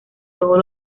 todos